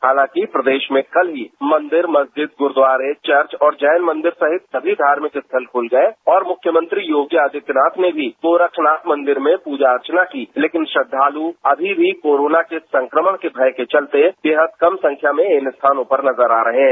हालांकि प्रदेश में कल ही मंदिर मस्जिद गुरूद्वारे चर्च और जैन मंदिर सहित सभी धार्मिक स्थल खुल गये और मुख्यमंत्री योगी आदित्यनाथ ने भी गोरखनाथ मंदिर में प्रजा अर्चना की लेकिन श्रद्धालु अभी भी कोरोना के संक्रमण के भय के चलते बेहद कम संख्या में इन स्थानों पर नजर आ रहे हैं